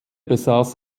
besaß